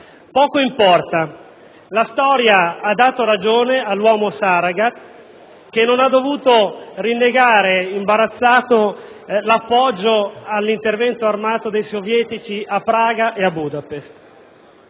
poco importa: la storia ha dato ragione all'uomo Saragat, che non ha dovuto rinnegare imbarazzato l'appoggio all'intervento armato dei sovietici a Praga e a Budapest.